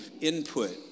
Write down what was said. input